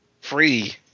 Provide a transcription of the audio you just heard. free